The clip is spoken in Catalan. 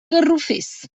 garrofers